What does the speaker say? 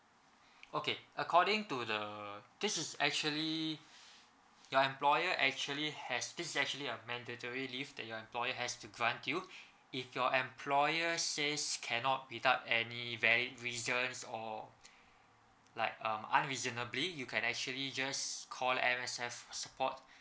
okay according to the this is actually your employer actually has this is actually a mandatory leave that your employer has to grant you if your employer says cannot without any valid reasons or like um unreasonably you can actually just call M_S_F for support